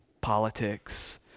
politics